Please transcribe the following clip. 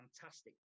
fantastic